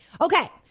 Okay